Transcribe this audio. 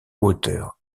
auteur